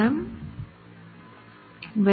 இது இந்த வலது கையின் நஷ்டமான ஃப்ளக்ஸ்க்கு பொதுவானது